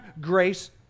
grace